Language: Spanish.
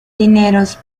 dineros